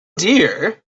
dear